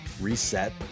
reset